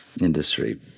industry